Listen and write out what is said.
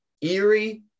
eerie